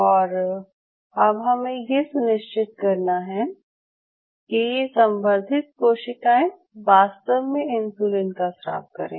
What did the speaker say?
और अब हमें ये सुनिश्चित करना है कि यह संवर्धित कोशिकाएं वास्तव में इंसुलिन का स्राव करें